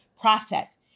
process